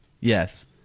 Yes